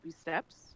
steps